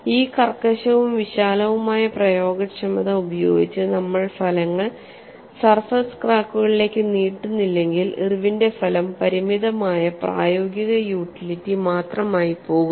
ഈ കർക്കശവും വിശാലവുമായ പ്രയോഗക്ഷമത ഉപയോഗിച്ച് നമ്മൾ ഫലങ്ങൾ സർഫേസ് ക്രാക്കുകളിലേക്ക് നീട്ടുന്നില്ലെങ്കിൽ ഇർവിന്റെ ഫലം പരിമിതമായ പ്രായോഗിക യൂട്ടിലിറ്റി മാത്രമായി പോകും